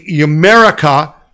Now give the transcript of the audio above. America